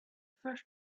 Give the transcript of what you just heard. first